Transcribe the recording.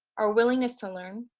our willingness to learn,